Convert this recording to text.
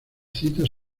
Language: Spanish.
citas